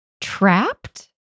trapped